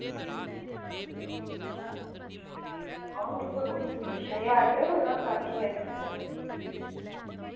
ज्हार रपे कोला स्टार्टिंग ऐ